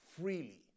freely